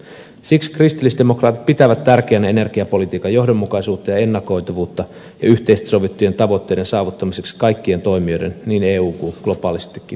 siksi kristillisdemokraatit pitävät tärkeänä energiapolitiikan johdonmukaisuutta ja ennakoitavuutta yhteisesti sovittujen tavoitteiden saavuttamiseksi kaikkien toimijoiden kanssa niin eun valtioiden kanssa kuin globaalistikin